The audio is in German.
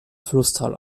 flusstal